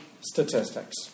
statistics